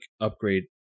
upgrade